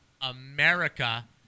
America